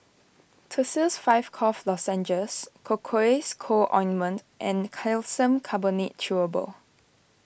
Tussils five Cough Lozenges Cocois Co Ointment and Calcium Carbonate Chewable